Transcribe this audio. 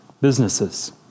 businesses